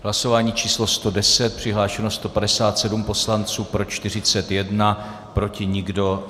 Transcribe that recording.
Hlasování číslo 110, přihlášeno 157 poslanců, pro 41, proti nikdo.